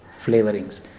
Flavorings